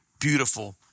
beautiful